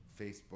Facebook